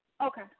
Okay